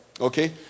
okay